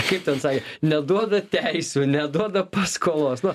kaip ten sakė neduoda teisių neduoda paskolos nu